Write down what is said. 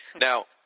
Now